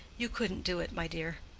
you couldn't do it, my dear.